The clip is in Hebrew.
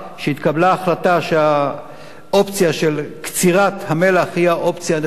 שהתקבלה החלטה שהאופציה של קצירת המלח היא האופציה הנכונה.